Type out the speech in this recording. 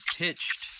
pitched